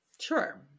Sure